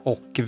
Och